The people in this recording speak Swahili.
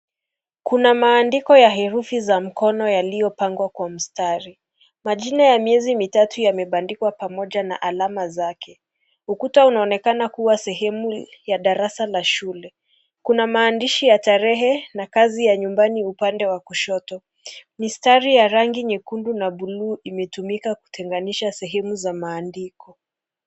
Kuna maandiko ya herufi za mkono yaliyopangwa kwa mstari majina ya miezi mitatu yamebandikwa pamoja na alama zake, ukuta unaonekana kuwa sehemu ya darasa ya shule kuna maandishi ya tarehe na kazi ya nyumbani upande wa kushoto mistari ya rangi nyekundu na buluu imetumika kutenganisha sehemu za maandiko.